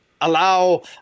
allow